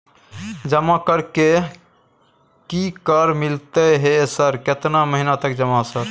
जमा कर के की कर मिलते है सर केतना महीना तक जमा सर?